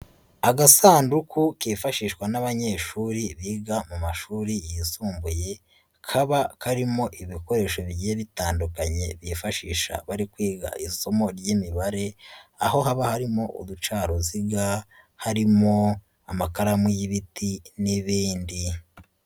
Agasanduku kifashishwa n'abanyeshuri biga mu mashuri yisumbuye, kaba karimo ibikoresho bigiye bitandukanye bifashisha bari kwiga isomo ry'imibare, aho haba harimo uducaruziga, harimo amakaramu y'ibiti n'ibindi.